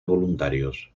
voluntarios